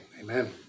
amen